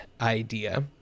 idea